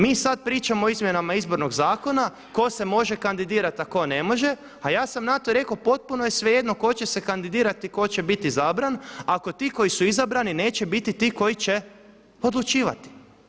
Mi sada pričamo o izmjenama Izbornog zakona tko se može kandidirati a tko ne može a ja sam na to rekao, potpuno je svejedno tko će se kandidirati i tko će biti izabran ako ti koji su izabrani neće biti ti koji će odlučivati.